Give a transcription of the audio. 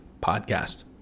podcast